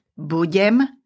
Budem